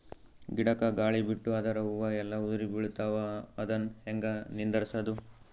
ಗಿಡಕ, ಗಾಳಿ ಬಿಟ್ಟು ಅದರ ಹೂವ ಎಲ್ಲಾ ಉದುರಿಬೀಳತಾವ, ಅದನ್ ಹೆಂಗ ನಿಂದರಸದು?